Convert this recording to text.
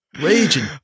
Raging